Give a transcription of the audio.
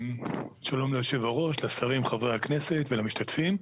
לשרים, לחברי הכנסת ולמשתתפים.